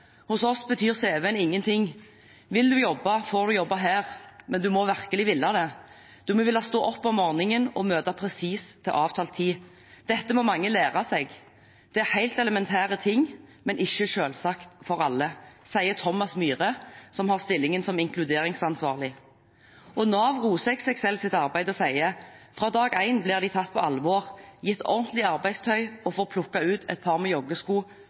Hos oss betyr cv-en ingenting – vil du jobbe, får du jobbe her, men du må virkelig ville det. Du må ville stå opp om morgenen og møte presis til avtalt tid. Dette må mange lære seg. Det er helt elementære ting, men ikke selvsagt for alle. Det sier Thomas Myhre, som har stillingen som inkluderingsansvarlig. Nav roser XXLs arbeid og sier: Fra dag én blir de tatt på alvor, blir gitt ordentlig arbeidstøy og får plukke ut et par joggesko